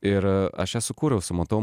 ir aš ją sukūriau sumontavau